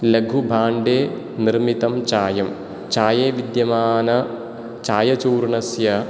लघुभाण्डे निर्मितं चायं चाये विद्यमानचायचूर्णस्य